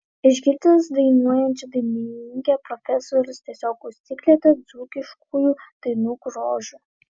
išgirdęs dainuojančią dainininkę profesorius tiesiog užsikrėtė dzūkiškųjų dainų grožiu